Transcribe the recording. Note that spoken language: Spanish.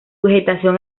vegetación